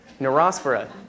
Neurospora